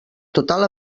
total